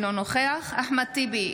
אינו נוכח אחמד טיבי,